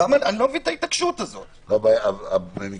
אני לא מבין את ההתעקשות הזאת.